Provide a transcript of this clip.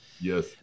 Yes